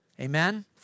Amen